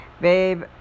Babe